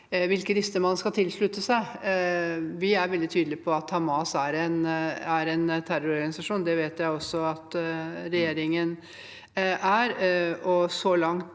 hvilke lister man skal tilslutte seg. Vi er veldig tydelige på at Hamas er en terrororganisasjon. Det vet jeg også at regjeringen er.